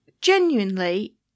genuinely